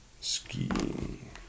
skiing